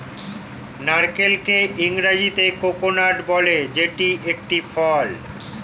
নারকেলকে ইংরেজিতে কোকোনাট বলে যেটি একটি ফল